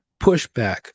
pushback